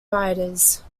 writers